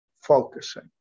focusing